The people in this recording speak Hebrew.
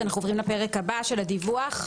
אנחנו עוברים לפרק הבא של הדיווח.